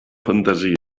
fantasia